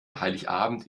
heiligabend